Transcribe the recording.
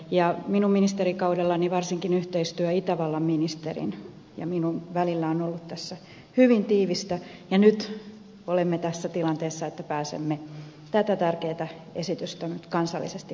minun ministerikaudellani varsinkin yhteistyö itävallan ministerin ja minun välillä on ollut tässä hyvin tiivistä ja nyt olemme tässä tilanteessa että pääsemme tätä tärkeätä esitystä kansallisestikin toimeenpanemaan